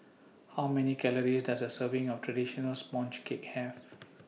How Many Calories Does A Serving of Traditional Sponge Cake Have